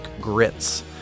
grits